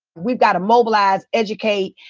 we've gotta mobilize, educate,